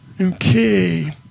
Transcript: Okay